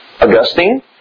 Augustine